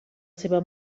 seva